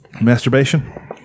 Masturbation